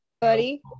buddy